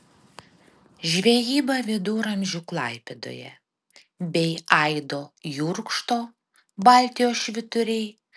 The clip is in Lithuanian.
žvejyba viduramžių klaipėdoje bei aido jurkšto baltijos švyturiai